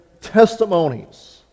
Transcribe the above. testimonies